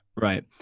Right